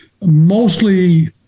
mostly